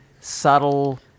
subtle